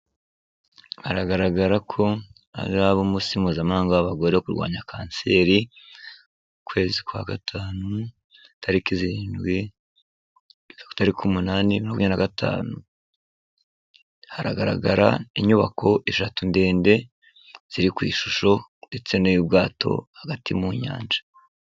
Haragaragara ko hazaba umunsi mpuzamahanga w'abagore wo kurwanya kanseri, mu kwezi kwa Gatanu Tariki zirindwiri kugeza ku Itariki umunani Ibihumbi Bibiri Makumyabiri na Gatanu, haragaragara inyubako eshatu ndende ziri ku ishusho ndetse n'ubwato hagati mu nyanja.